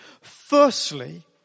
Firstly